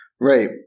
Right